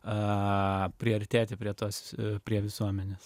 priartėti prie tos prie visuomenės